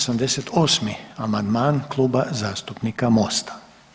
88. amandman Kluba zastupnika MOST-a.